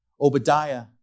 Obadiah